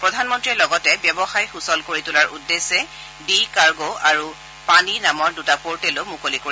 প্ৰধানমন্ত্ৰীয়ে লগতে ব্যৱসায় সূচল কৰি তোলাৰ উদ্দেশ্যে ডি কাৰ্গো আৰু পানী নামৰ দুটা পৰ্টেলো মুকলি কৰিব